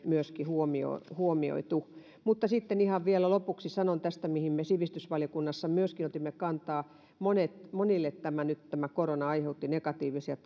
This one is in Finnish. myöskin huomioitu mutta sitten ihan vielä lopuksi sanon tästä mihin me sivistysvaliokunnassa myöskin otimme kantaa monille nyt tämä korona aiheutti negatiivisia